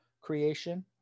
creation